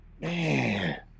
man